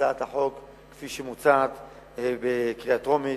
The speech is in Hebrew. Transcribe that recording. הצעת החוק כפי שהיא מוצעת בקריאה הטרומית.